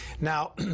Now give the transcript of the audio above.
Now